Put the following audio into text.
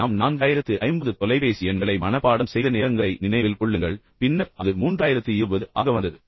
எனவே நாம் 4050 தொலைபேசி எண்களை மனப்பாடம் செய்த நேரங்களை நினைவில் கொள்ளுங்கள் பின்னர் அது 3020 ஆக வந்தது